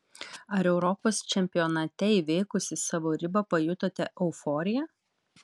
ar europos čempionate įveikusi savo ribą pajutote euforiją